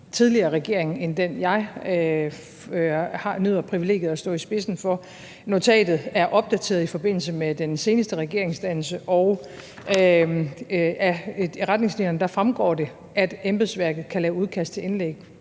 tidligere regering end den, jeg nyder privilegeret at stå i spidsen for. Notatet er opdateret i forbindelse med den seneste regeringsdannelse, og af retningslinjerne fremgår det, at embedsværket kan lave udkast til indlæg